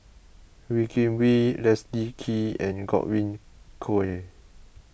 Wee Kim Wee Leslie Kee and Godwin Koay